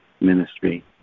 ministry